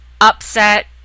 upset